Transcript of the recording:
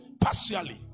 partially